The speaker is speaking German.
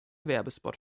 werbespot